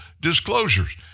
disclosures